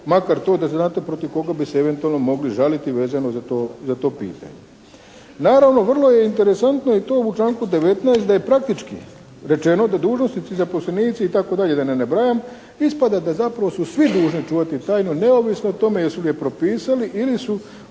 makar to da znate protiv koga bi se eventualno mogli žaliti vezano za to pitanje. Naravno vrlo je interesantno i to u članku 19. da je praktički rečeno da dužnosnici, zaposlenici itd. da ne nabrajam, ispada da zapravo su svi dužni čuvati tajnu neovisno o tome jesu je propisali ili su